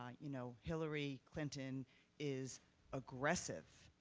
um you know hillary clinton is aggressive,